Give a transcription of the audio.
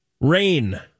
Rain